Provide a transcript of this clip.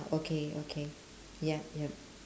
okay okay yup yup